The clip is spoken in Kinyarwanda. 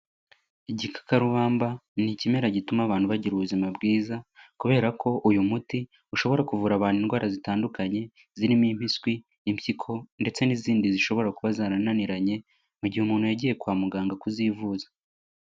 Igikakarubamba ni ikimera gituma abantu bagira ubuzima bwiza kubera ko uyu muti ushobora kuvura abantu indwara zitandukanye, zirimo impiswi, n'impyiko ndetse n'izindi zishobora kuba zarananiranye mu gihe umuntu yagiye kwa muganga kuzivuza.